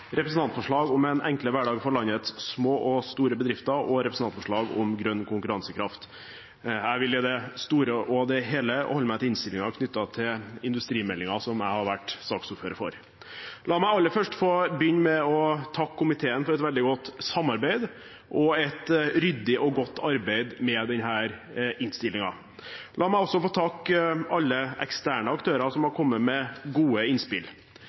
representantforslag om en enklere hverdag for landets små og store bedrifter og et representantforslag om økt grønn konkurransekraft. Jeg vil i det store og hele holde meg til innstillingen knyttet til industrimeldingen, som jeg har vært saksordfører for. La meg aller først få begynne med å takke komiteen for et veldig godt samarbeid og et ryddig og godt arbeid med denne innstillingen. La meg også få takke alle eksterne aktører som har kommet med gode innspill.